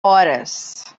horas